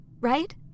right